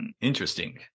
interesting